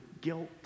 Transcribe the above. guilt